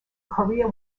korea